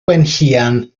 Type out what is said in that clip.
gwenllian